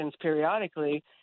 periodically